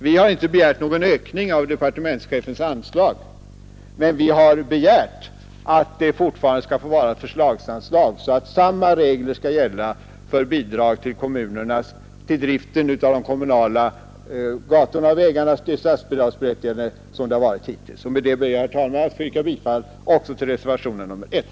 Vi har inte begärt någon ökning av departementschefens anslag, men vi har begärt att det fortfarande skall vara ett förslagsanslag så att samma regler som hittills skall gälla för bidrag till driften av de kommunala gator och vägar som är statsbidragsberättigade. Med detta ber jag, herr talman, att få yrka bifall också till reservationen 1.